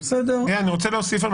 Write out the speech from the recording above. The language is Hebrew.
אני רוצה להוסיף.